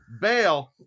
bail